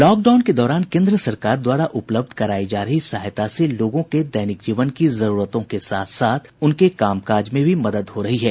lockdown के दौरान केन्द्र सरकार द्वारा उपलब्ध करायी जा रही सहायता से लोगों के दैनिक जीवन की जरूरतों के साथ साथ उनके कामकाज में भी मदद हो रही है